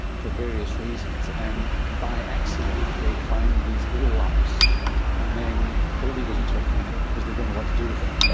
for various reasons, and by accident they find these little lumps and then everybody goes into a panic because they don't know what to do with them,